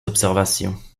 observations